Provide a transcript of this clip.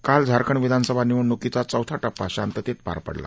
काल झारखंड विधानसभा निवडणुकीचा चौथा टप्पा शांततेत पार पडला